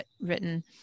written